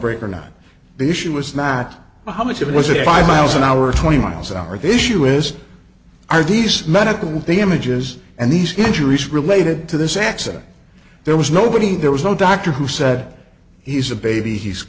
break or not the issue is not how much of it was it five miles an hour twenty miles an hour the issue is are these medical the images and these injuries related to this accident there was nobody there was no doctor who said he's a baby he's